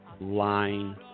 lying